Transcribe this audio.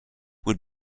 would